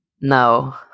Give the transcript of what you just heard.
No